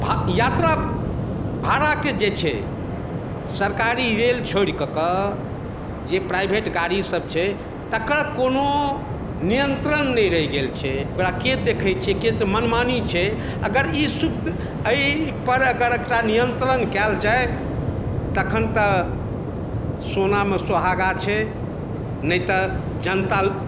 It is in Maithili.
भा यात्रा भाड़ाके जेछै सरकारी रेल छोड़ि कऽ कऽ जे प्राइभेट गाड़ी सभ छै तेकर कोनो नियन्त्रण नहि रहि गेल छै ओकराके देखै छै से मनमानी छै अगर ई एहि पर एकटा नियन्त्रण कयल जाइ तखन तऽ सोनामे सोहागा छै नहि तऽ जनता